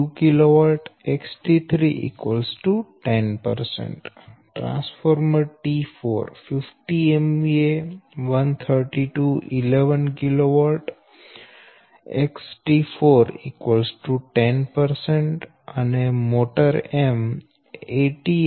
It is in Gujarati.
8132 kV XT3 10 T4 50 MVA 13211 kV XT4 10 M 80 MVA 10